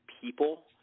people